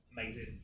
Amazing